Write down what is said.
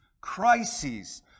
crises